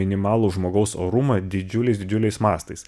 minimalų žmogaus orumą didžiuliais didžiuliais mastais